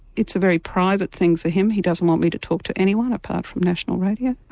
it's a very private thing for him he doesn't want me to talk to anyone apart from national radio.